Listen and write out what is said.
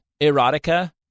erotica